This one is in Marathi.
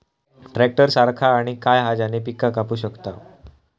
ट्रॅक्टर सारखा आणि काय हा ज्याने पीका कापू शकताव?